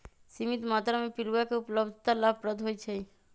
सीमित मत्रा में पिलुआ के उपलब्धता लाभप्रद होइ छइ